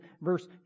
verse